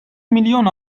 milyon